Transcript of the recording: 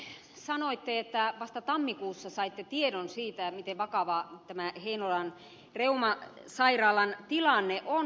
te ministeri sanoitte että vasta tammikuussa saitte tiedon siitä miten vakava tämä heinolan reumasairaalan tilanne on